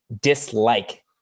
dislike